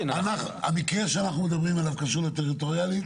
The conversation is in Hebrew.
המקרה שאנחנו מדברים עליו קשור לטריטוריאלית?